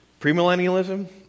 premillennialism